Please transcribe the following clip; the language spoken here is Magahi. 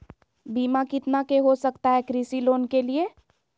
बीमा कितना के हो सकता है कृषि लोन के लिए?